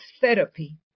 therapy